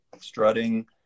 Strutting